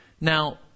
Now